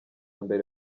mbere